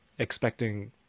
expecting